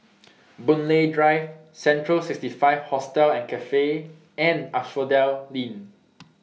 Boon Lay Drive Central sixty five Hostel and Cafe and Asphodel Inn